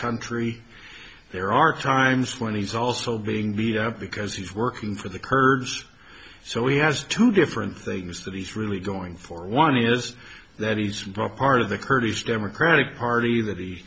country there are times when he's also being beat up because he's working for the kurds so he has two different things that he's really going for one is that he's brought part of the kurdish democratic party that he